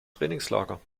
trainingslager